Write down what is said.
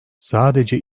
sadece